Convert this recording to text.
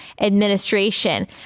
administration